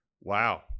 Wow